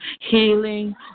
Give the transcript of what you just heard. healing